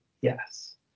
Yes